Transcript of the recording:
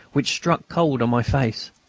which struck cold on my face.